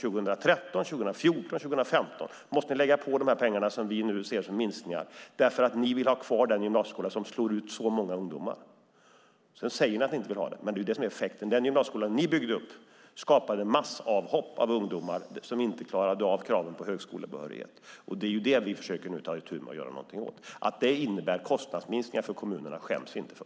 År 2013, 2014, 2015 måste ni lägga på de pengar som vi nu ser som minskningar, därför att ni vill ha kvar den gymnasieskola som slår ut så många ungdomar. Sedan säger ni att ni inte vill det, men det är det som är effekten. Den gymnasieskola som ni byggde upp skapade massavhopp av ungdomar som inte klarade av kraven för högskolebehörighet. Det är det som vi nu försöker ta itu med och göra något åt. Att det innebär kostnadsminskningar för kommunerna skäms vi inte för.